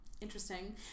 Interesting